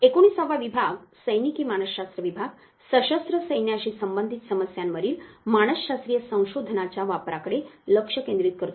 एकोणिसावा विभाग सैनिकी मानसशास्त्र विभाग सशस्त्र सैन्याशी संबंधित समस्यांवरील मानसशास्त्रीय संशोधनाच्या वापराकडे लक्ष केंद्रित करतो